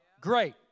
Great